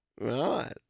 Right